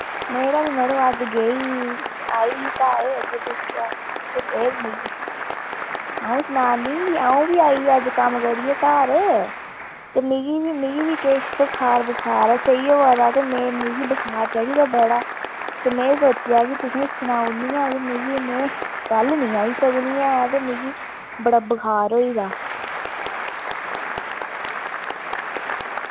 मेरा बी मड़ो अज्ज गेई आई ही घर ते दिक्खेआ ते सेह्त मिगी अऊं सनां नी अऊं बी आई अज्ज कम्म करियै घर ते मिगी बी मिगी बी किश बखार बखार ऐ सेही होआ दा ते में मिगी बखार चढ़ी दा बड़ा ते मैं सोचेआ कि तुसें सनाऊड़नी ऐं कि मिगी में कल नी आई सकनी ऐ ते मिकी बड़ा बखार होई दा